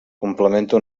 complementa